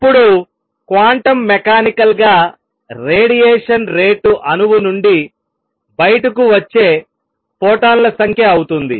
ఇప్పుడు quantum mechanical గా radiation rate అణువు నుండి బయటకు వచ్చే ఫోటాన్ల సంఖ్య అవుతుంది